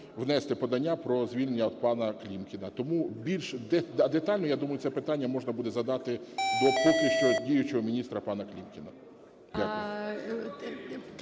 внести подання про звільнення пана Клімкіна. Тому більш детально, я думаю, це питання можна буде задати до поки що діючого міністра пана Клімкіна. Дякую.